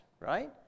right